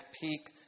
peak